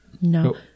no